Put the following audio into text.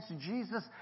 Jesus